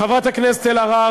חברת הכנסת אלהרר,